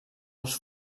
dels